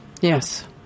Yes